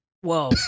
whoa